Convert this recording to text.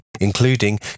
including